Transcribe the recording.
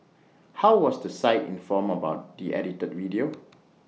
how was the site informed about the edited video